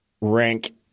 rank